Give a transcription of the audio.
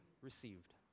received